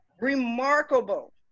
remarkable